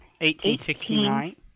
1869